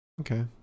Okay